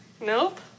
Nope